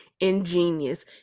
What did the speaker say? ingenious